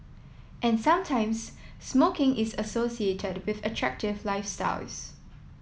and sometimes smoking is associated with attractive lifestyles